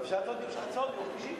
אבל אפשר לדון בהצעות ביום שלישי.